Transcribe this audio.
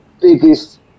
biggest